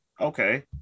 Okay